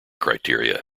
criteria